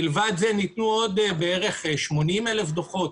מלבד זאת, ניתנו כ-80,000 דוחות.